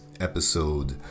episode